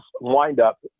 windup